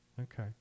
Okay